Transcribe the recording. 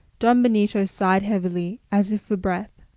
don benito sighed heavily, as if for breath.